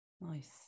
nice